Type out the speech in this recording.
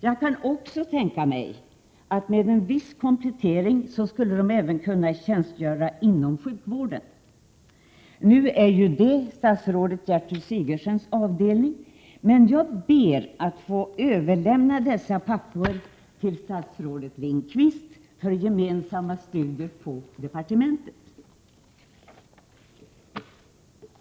Jag kan också tänka mig att de, med en viss komplettering av utbildningen, även skulle kunna tjänstgöra inom sjukvården. Dettaligger emellertid inom statsrådet Sigurdsens ansvarsområde. Men jag ber att få överlämna dessa papper till statsrådet Lindqvist, så att statsrådet och Gertrud Sigurdsen gemensamt kan gå igenom dem på departementet.